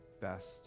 best